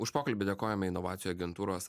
už pokalbį dėkojame inovacijų agentūros